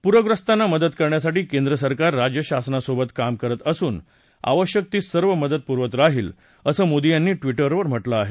पूखस्तांना मदत करण्यासाठी केंद्रसरकार राज्यशासनासोबत काम करत असून आवश्यक ती सर्व मदत पुरवत राहील असं मोदी यांनी ट्विटरवर म्हटलं आहे